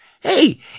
Hey